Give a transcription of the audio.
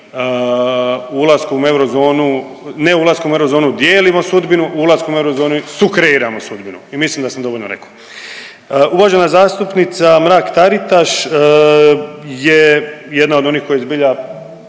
ulaskom u eurozonu, ne ulaskom u eurozonu, dijelimo sudbinu ulaskom u eurozonu i sukreiramo sudbinu i mislim da sam dovoljno rekao. Uvažena zastupnica Mrak-Taritaš je jedna od onih koja je zbilja